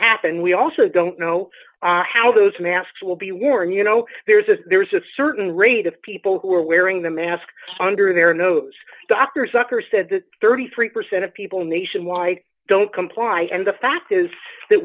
happen we also don't know how those masks will be worn you know there's a there's a certain rate of people who are wearing the mask under their nose dr zucker said that thirty three percent of people nationwide don't comply and the fact is that